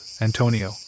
Antonio